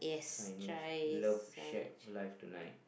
signature love shack live tonight